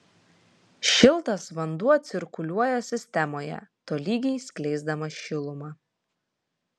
šiltas vanduo cirkuliuoja sistemoje tolygiai skleisdamas šilumą